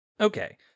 Okay